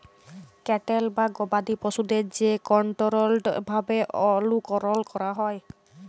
cattle বা গবাদি পশুদের যে কনটোরোলড ভাবে অনুকরল ক্যরা হয়